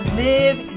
live